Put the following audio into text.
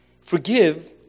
Forgive